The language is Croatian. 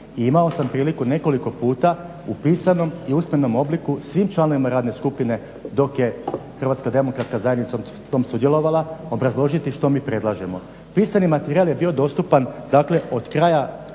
imao sam priliku nekoliko puta u pisanom i usmenom obliku svim članovima radne skupine dok je HDZ u tom sudjelovala obrazložiti što mi predlažemo. Pisani materijal je bio dostupan dakle